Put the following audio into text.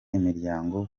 imiryango